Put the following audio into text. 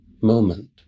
moment